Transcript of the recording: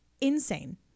insane